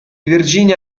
virginia